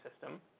system